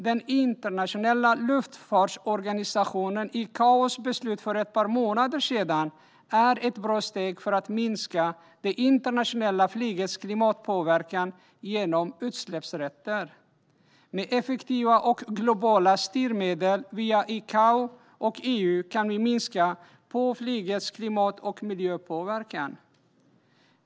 Den internationella luftfartsorganisationen ICAO:s beslut för ett par månader sedan är ett bra steg för att minska det internationella flygets klimatpåverkan genom utsläppsrätter. Med effektiva och globala styrmedel via ICAO och EU kan vi minska flygets klimat och miljöpåverkan.